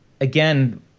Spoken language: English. Again